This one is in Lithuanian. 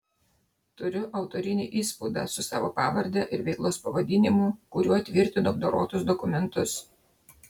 turiu autorinį įspaudą su savo pavarde ir veiklos pavadinimu kuriuo tvirtinu apdorotus dokumentus